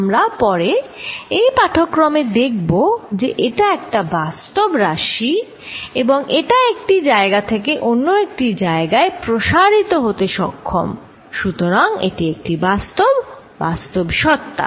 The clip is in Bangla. আমরা পরে এই পাঠক্রমে দেখব যে এটা একটা বাস্তব রাশি এবং এটা একটি জায়গা থেকে অন্য একটি জায়গায় প্রসারিত হতে সক্ষম সুতরাং এটি একটি বাস্তব বাস্তব সত্তা